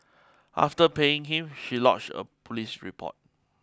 after paying him she lodged a police report